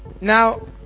now